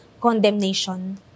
condemnation